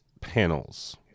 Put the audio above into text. panels